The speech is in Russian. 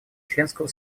членского